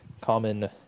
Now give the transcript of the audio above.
common